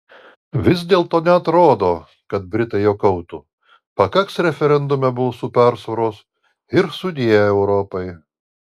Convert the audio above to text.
vis dėlto neatrodo kad britai juokautų pakaks referendume balsų persvaros ir sudie europai